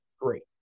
great